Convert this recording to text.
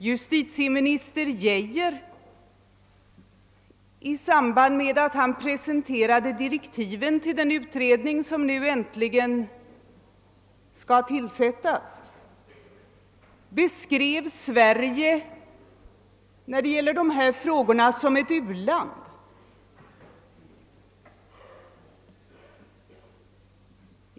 Justitieminister Geijer beskrev, i samband med att han presenterade direktiven till den utredning som nu äntligen skall tillsättas, Sverige som ett u-land i dessa sammanhang.